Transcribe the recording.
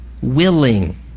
willing